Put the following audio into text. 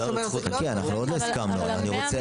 ה-100